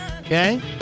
Okay